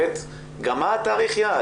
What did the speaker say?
ב', גם מה תאריך היעד?